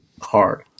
hard